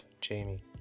Jamie